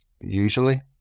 usually